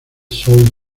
soul